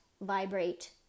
vibrate